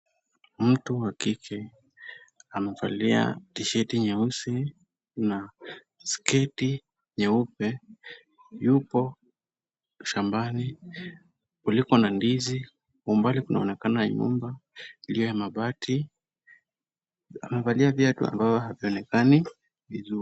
Mtu wa kike amevalia tishati nyeusi na sketi nyeupe yupo shambani kuliko na ndizi. Kwa umbali kunaonekana nyumba iliyo ya mabati, amevalia viatu ambavyo havionekani vizuri.